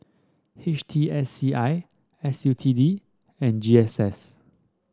H T S C I S U T D and G S S